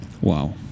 Wow